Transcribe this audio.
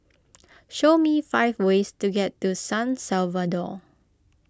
show me five ways to get to San Salvador